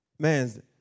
Man